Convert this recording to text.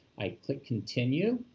i click continue.